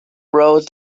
roads